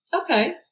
Okay